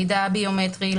מידע ביומטרי,